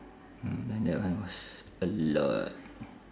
mm then that one was a lot